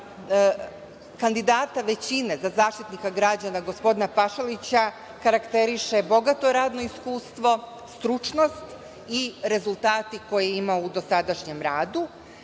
kandidata većine za Zaštitnika građana gospodina Pašalića karakteriše bogato radno iskustvo, stručnost i rezultati koje je imao u dosadašnjem radu.